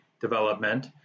development